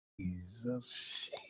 Jesus